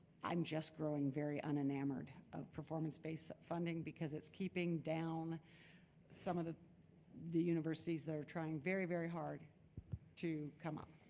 i'm just growing very un-enamored of performance based funding because it's keeping down some of the the universities that are trying very very hard to come up.